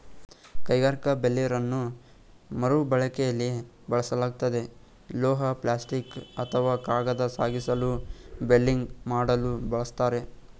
ಕೈಗಾರಿಕಾ ಬೇಲರನ್ನು ವಸ್ತು ಮರುಬಳಕೆಲಿ ಬಳಸಲಾಗ್ತದೆ ಲೋಹ ಪ್ಲಾಸ್ಟಿಕ್ ಅಥವಾ ಕಾಗದ ಸಾಗಿಸಲು ಬೇಲಿಂಗ್ ಮಾಡಲು ಬಳಸ್ತಾರೆ